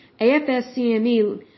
AFSCME